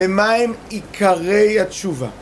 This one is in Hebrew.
ומה הם עיקרי התשובה.